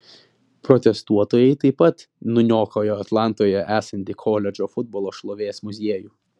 protestuotojai taip pat nuniokojo atlantoje esantį koledžo futbolo šlovės muziejų